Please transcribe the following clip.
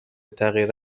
تغییر